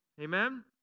Amen